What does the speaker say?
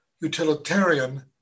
utilitarian